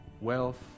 wealth